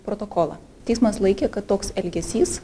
protokolą teismas laikė kad toks elgesys